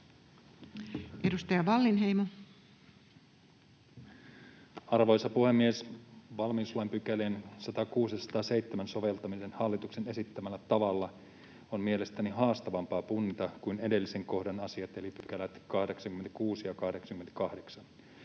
18:05 Content: Arvoisa puhemies! Valmiuslain 106 ja 107 §:ien soveltaminen hallituksen esittämällä tavalla on mielestäni haastavampaa punnita kuin edellisen kohdan asiat eli 86 ja 88